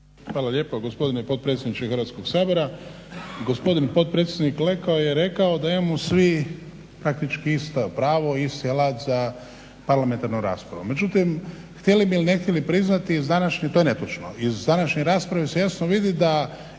Hvala lijepo gospodine potpredsjedniče Hrvatskoga sabora. Gospodin potpredsjednik Leko je rekao da mi imao svi praktički isto pravi isti alat za parlamentarnu raspravu. Međutim htjeli mi ili ne priznati to je netočno. Iz današnje rasprave se jasno vidi da